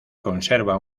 conserva